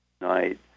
night